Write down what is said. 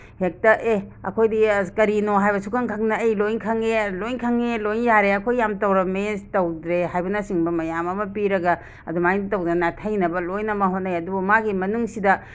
ꯍꯦꯛꯇ ꯑꯦ ꯑꯩꯈꯣꯏꯒꯤ ꯑꯁ ꯀꯔꯤꯅꯣ ꯍꯥꯏꯕ ꯁꯨꯛꯈꯪ ꯈꯪꯗꯅ ꯑꯩ ꯂꯣꯏ ꯈꯪꯉꯦ ꯂꯣꯏ ꯈꯪꯉꯦ ꯂꯣꯏ ꯌꯥꯔꯦ ꯑꯩꯈꯣꯏ ꯌꯥꯝ ꯇꯧꯔꯝꯃꯦ ꯇꯧꯗ꯭ꯔꯦ ꯍꯥꯏꯕꯅꯆꯤꯡꯕ ꯃꯌꯥꯝ ꯑꯃ ꯄꯤꯔꯒ ꯑꯗꯨꯃꯥꯏꯅ ꯇꯧꯗꯅ ꯅꯥꯊꯩꯅꯕ ꯂꯣꯏꯅꯃꯛ ꯍꯣꯠꯅꯩ ꯑꯗꯨꯕꯨ ꯃꯥꯒꯤ ꯃꯅꯨꯡꯁꯤꯗ